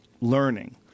learning